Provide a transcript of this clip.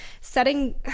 setting